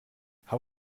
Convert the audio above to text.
how